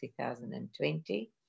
2020